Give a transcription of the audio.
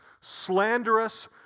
slanderous